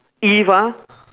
if ah